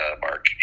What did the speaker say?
mark